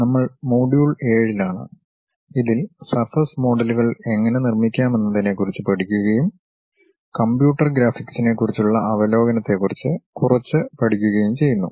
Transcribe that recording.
നമ്മൾ മൊഡ്യൂൾ 7 ലാണ് ഇതിൽ സർഫസ് മോഡലുകൾ എങ്ങനെ നിർമ്മിക്കാമെന്നതിനെക്കുറിച്ച് പഠിക്കുകയും കമ്പ്യൂട്ടർ ഗ്രാഫിക്സിനെക്കുറിച്ചുള്ള അവലോകനത്തെക്കുറിച്ച് കുറച്ച് പഠിക്കുകയും ചെയ്യുന്നു